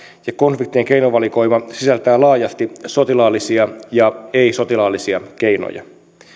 ja konfliktien keinovalikoima sisältää laajasti sotilaallisia ja ei sotilaallisia keinoja